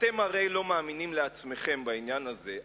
אתם הרי לא מאמינים לעצמכם בעניין הזה,